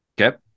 Okay